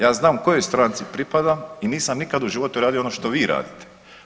Ja znam kojoj stranci pripadam i nisam nikada u životu radio ono što vi radite.